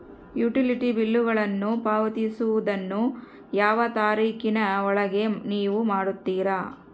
Utility ಬಿಲ್ಲುಗಳನ್ನು ಪಾವತಿಸುವದನ್ನು ಯಾವ ತಾರೇಖಿನ ಒಳಗೆ ನೇವು ಮಾಡುತ್ತೇರಾ?